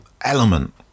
element